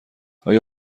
آیا